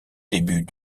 début